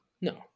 No